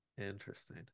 Interesting